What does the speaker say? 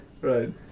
Right